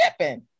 shipping